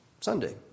Sunday